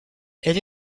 elle